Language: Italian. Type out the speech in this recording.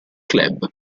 club